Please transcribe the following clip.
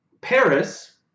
Paris